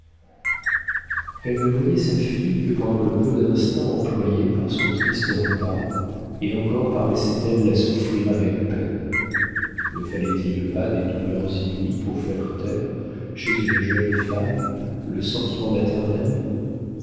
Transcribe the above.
elle ne voyait sa fille que pendant le peu d'instants employés par son triste repas et encore paraissait-elle la souffrir avec peine ne fallait-il pas des douleurs inouïes pour faire taire chez une jeune femme le sentiment maternel